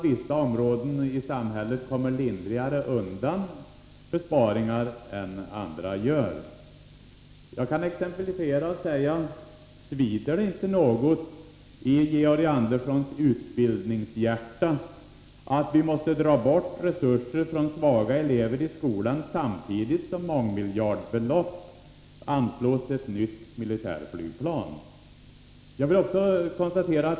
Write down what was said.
Vissa områden i samhället kommer också lindrigare undan besparingarna än andra gör. Jag kan exemplifiera och fråga: Svider det inte något i Georg Anderssons utbildningshjärta att vi måste ta bort resurser från svaga elever i skolan samtidigt som mångmiljardbelopp anslås till ett nytt militärflygplan?